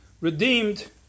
redeemed